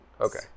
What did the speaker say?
Okay